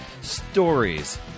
stories